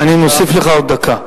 אני מוסיף לך עוד דקה.